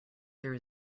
there